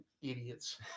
Idiots